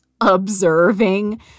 observing